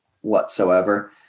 whatsoever